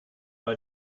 bei